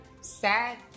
sad